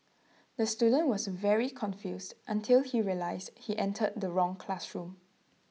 the student was very confused until he realised he entered the wrong classroom